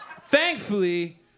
Thankfully